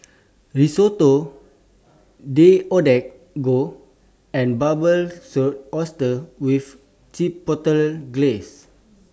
Risotto Deodeok Gui and Barbecued Oysters with Chipotle Glaze